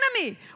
enemy